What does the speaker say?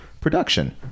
production